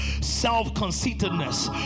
self-conceitedness